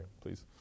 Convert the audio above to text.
please